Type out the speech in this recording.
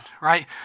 right